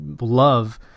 love